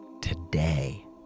today